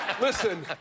Listen